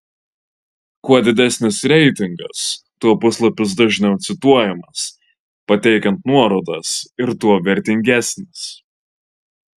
kuo didesnis reitingas tuo puslapis dažniau cituojamas pateikiant nuorodas ir tuo vertingesnis